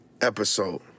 Episode